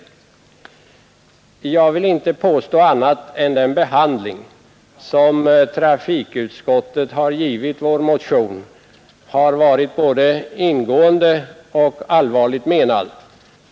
Jag vill inte påstå annat än att den behandling som trafikutskottet givit vår motion varit både ingående och allvarligt menad.